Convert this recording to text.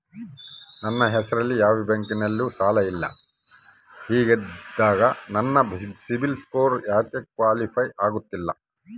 ನನ್ನ ಹೆಸರಲ್ಲಿ ಯಾವ ಬ್ಯಾಂಕಿನಲ್ಲೂ ಸಾಲ ಇಲ್ಲ ಹಿಂಗಿದ್ದಾಗ ನನ್ನ ಸಿಬಿಲ್ ಸ್ಕೋರ್ ಯಾಕೆ ಕ್ವಾಲಿಫೈ ಆಗುತ್ತಿಲ್ಲ?